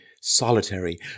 solitary